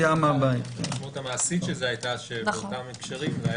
המשמעות המעשית של זה היתה שבאותם הקשרים היה